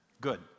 Good